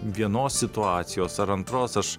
vienos situacijos ar antros aš